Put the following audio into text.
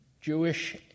Jewish